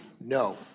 no